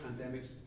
pandemics